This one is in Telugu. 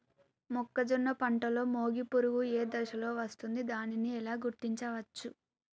మొక్కజొన్న పంటలో మొగి పురుగు ఏ దశలో వస్తుంది? దానిని ఎలా గుర్తించవచ్చు?